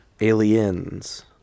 Aliens